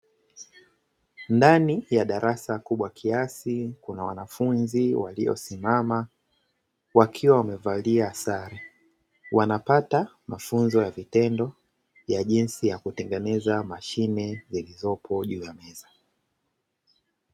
Ndani ya darasa kubwa kiasi kuna wanafunzi waliosimama, wakiwa wamevalia sare wanapata mafunzo ya vitendo, ya jinsi ya kutengeneza mashine zilizopo juu ya meza.